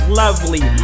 lovely